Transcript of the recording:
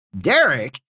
Derek